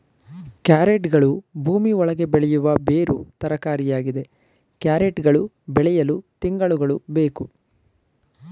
ಕ್ಯಾರೆಟ್ಗಳು ಭೂಮಿ ಒಳಗೆ ಬೆಳೆಯುವ ಬೇರು ತರಕಾರಿಯಾಗಿದೆ ಕ್ಯಾರೆಟ್ ಗಳು ಬೆಳೆಯಲು ತಿಂಗಳುಗಳು ಬೇಕು